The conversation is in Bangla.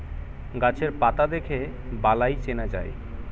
গাছের পাতা দেখে বালাই চেনা যায়